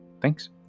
Thanks